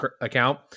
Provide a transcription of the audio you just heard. account